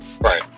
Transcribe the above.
Right